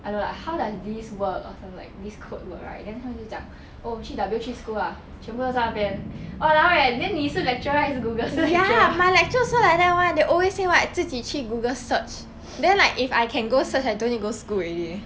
I don't like how does this work or some like this code work right then 他就讲 oh 去 W three school lah 全部都在那边 !walao! eh then 你是 lecturer 还是 Google 是 lecturer